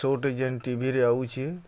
ସୋ'ଟା ଯେନ୍ ଟିଭିରେ ଆଉଛେ